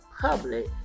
public